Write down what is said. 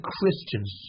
Christians